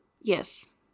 Yes